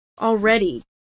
already